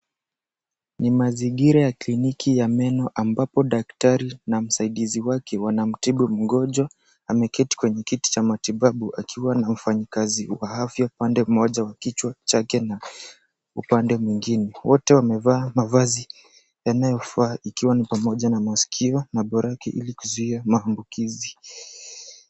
Ni mazingira ya kliniki ya meno, ambapo daktari na msaidizi wake wanamtibu mgonjwa. Ameketi kwenye kiti cha matibabu akiwa na wafanyikazi wa afya upande mmoja wa kichwa chake na upande mwengine. Wote wamevaa mavazi yanayofaa, ikiwa ni pamoja na maskio na barakoa, ili kuzuia maambukizi.